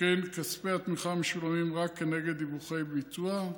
שכן כספי התמיכה משולמים רק כנגד דיווחי ביצוע,